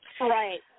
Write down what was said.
Right